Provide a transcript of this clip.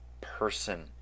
person